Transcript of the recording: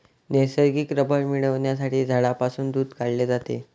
नैसर्गिक रबर मिळविण्यासाठी झाडांपासून दूध काढले जाते